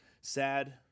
sad